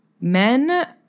men